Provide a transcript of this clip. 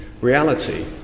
reality